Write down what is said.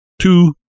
Two